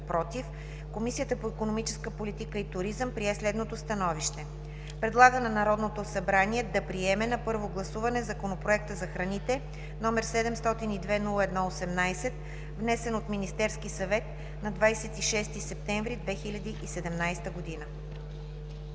„против”, Комисията по икономическа политика и туризъм прие следното становище: Предлага на Народното събрание да приеме на първо гласуване Законопроект за храните, № 702-01-18, внесен от Министерски съвет на 26 септември 2017 г.“